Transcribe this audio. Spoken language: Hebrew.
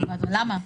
למה?